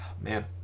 Man